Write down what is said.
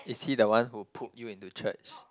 is he the one who put you into church